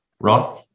Ron